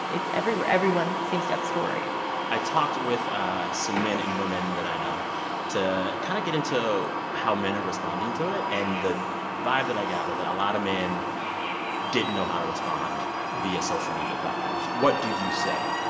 it's everywhere. everyone seems to have a story i talked with ah some men and women that i know to kind of get into how men are responding to it. and the vibe that i got was that a lot of men didn't know how to respond via social media platforms. what do you say?